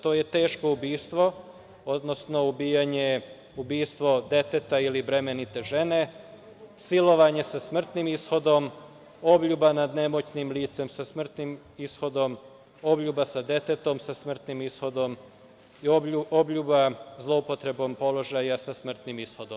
To je teško ubistvo, odnosno ubistvo deteta ili bremenite žene, silovanje sa smrtnim ishodom, obljuba nad nemoćnim licem sa smrtnim ishodom, obljuba sa detetom sa smrtnim ishodom i obljuba zloupotrebom položaja sa smrtnim ishodom.